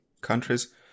countries